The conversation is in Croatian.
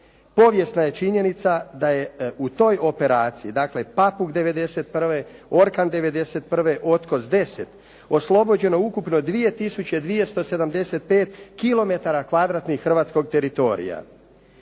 Povijesna je činjenica da je u toj operaciji, dakle Papuk '91., Orkan '91., Otkoz 10 oslobođeno ukupno 2275 km2 hrvatskog teritorija.